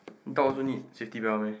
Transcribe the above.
talk also need safety bell meh